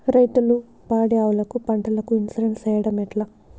రైతులు పాడి ఆవులకు, పంటలకు, ఇన్సూరెన్సు సేయడం ఎట్లా?